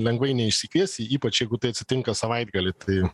lengvai neišsikviesi ypač jeigu tai atsitinka savaitgalį tai